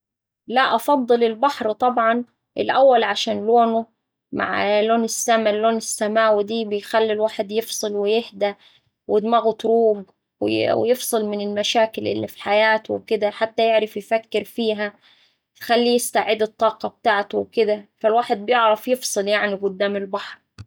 لا، أفضل البحر طبعا، الأول عشان لونه مع لون السما اللون السماوي دي بيخلي الواحد يفصل ويهدا ودماغه تروق و يفصل من المشاكل اللي في حياته وكدا حتى يعرف يفكر فيها يخليه يقدر يستعيد الطاقة بتاعته وكدا، فالواحد بيعرف يفصل يعني قدام البحر.